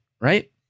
right